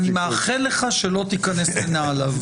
אני מאחל לך שלא תיכנס לנעליו.